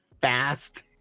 fast